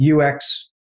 UX